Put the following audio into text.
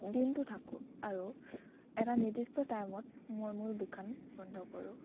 দিনটো থাকোঁ আৰু এটা নিৰ্দিষ্ট টাইমত মই মোৰ দোকান বন্ধ কৰোঁ